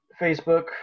Facebook